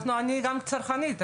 אני גם צרכנית,